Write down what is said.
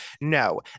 No